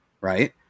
right